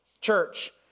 Church